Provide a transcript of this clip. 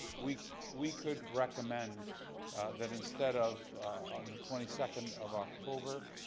we we could recommend that instead of on the twenty second of october,